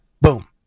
Boom